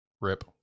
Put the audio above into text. Rip